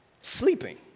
Sleeping